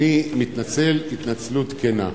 אני מתנצל התנצלות כנה.